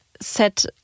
set